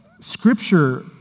Scripture